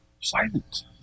silent